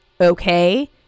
Okay